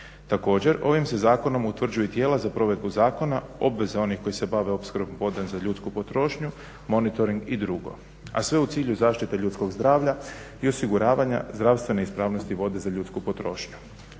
Također, ovim se zakonom utvrđuju i tijela za provedbu zakona, obveze onih koji se bave opskrbom vode za ljudsku potrošnju, monitoring i drugo, a sve u cilju zaštite ljudskog zdravlja i osiguravanja zdravstvene ispravnosti vode za ljudsku potrošnju.